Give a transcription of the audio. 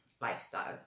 lifestyle